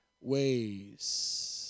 ways